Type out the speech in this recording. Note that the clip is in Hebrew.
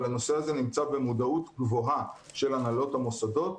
אבל הנושא הזה נמצא במודעות גבוהה של הנהלות המוסדות,